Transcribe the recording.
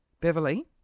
Beverly